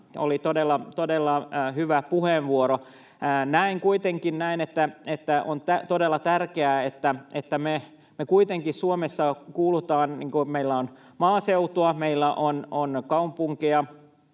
Oli todella hyvä puheenvuoro. Näen kuitenkin näin, että kun Suomessa meillä on maaseutua, meillä on kaupunkeja,